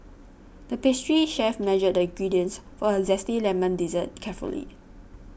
the pastry chef measured the ingredients for a Zesty Lemon Dessert carefully